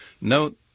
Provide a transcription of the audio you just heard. Note